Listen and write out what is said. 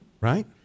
Right